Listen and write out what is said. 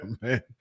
man